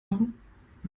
machen